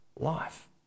life